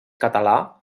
català